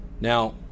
now